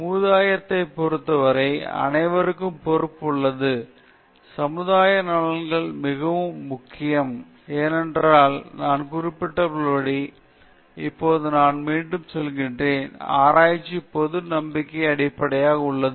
முதாயத்தை பொறுத்தவரையில் அனைவருக்கும் பொறுப்பு உள்ளது சமூக நலன்கள் மிகவும் முக்கியம் ஏனென்றால் நான் குறிப்பிட்டுள்ளபடி இப்போது நான் மீண்டும் சொல்கிறேன் ஆராய்ச்சி பொது நம்பிக்கைக்கு அடிப்படையாக உள்ளது